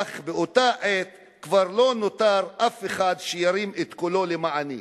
אך באותה עת כבר לא נותר אף אחד שירים את קולו למעני.